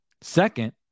Second